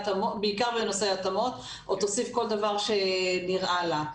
בעיקר בנושא ההתאמות או תוסיף כל דבר שנראה לה.